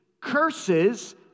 Curses